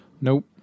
Nope